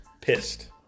pissed